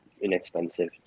inexpensive